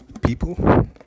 People